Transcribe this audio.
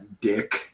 Dick